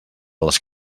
les